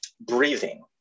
breathing